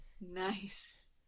Nice